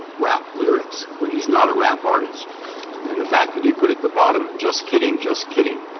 rap lyrics, when he's not a rap artist and the fact that he put at the bottom, just kidding, just kidding,